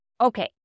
Okay